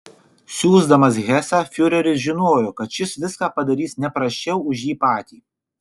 siųsdamas hesą fiureris žinojo kad šis viską padarys ne prasčiau už jį patį